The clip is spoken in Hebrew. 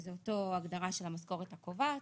שזה אותו הגדרה של המשכורת הקובעת,